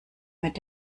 mit